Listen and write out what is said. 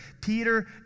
Peter